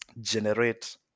generate